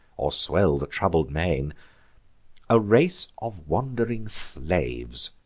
or swell the troubled main a race of wand'ring slaves,